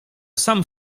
sam